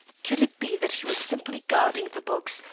could it be that she was simply guarding the box,